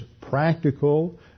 practical